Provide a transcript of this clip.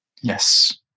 Yes